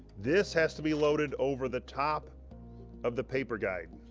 this has to be loaded over the top of the paper guide